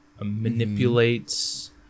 manipulates